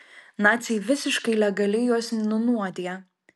naciai visiškai legaliai juos nunuodija